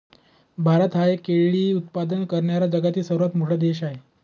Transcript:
भारत हा केळी उत्पादन करणारा जगातील सर्वात मोठा देश आहे